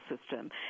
system